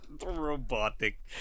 robotic